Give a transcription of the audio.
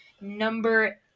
Number